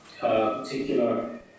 particular